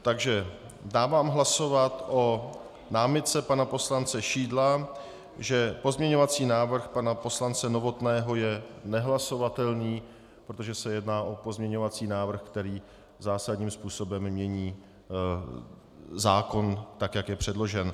Takže dávám hlasovat o námitce pana poslance Šidla, že pozměňovací návrh pana poslance Novotného je nehlasovatelný, protože se jedná o pozměňovací návrh, který zásadním způsobem mění zákon tak, jak je předložen.